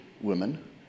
women